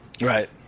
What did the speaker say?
Right